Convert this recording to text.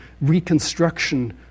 reconstruction